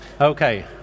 Okay